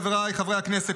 חבריי חברי הכנסת,